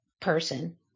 person